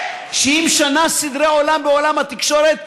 שמשנה סדרי עולם בעולם התקשורת.